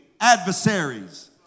adversaries